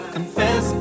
Confess